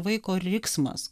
vaiko riksmas